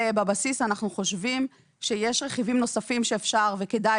בבסיס אנחנו חושבים שיש רכיבים נוספים שאפשר וכדאי